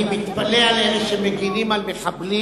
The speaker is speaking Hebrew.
אני מתפלא על אלה שמגינים על מחבלים,